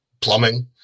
plumbing